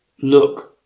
look